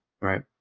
right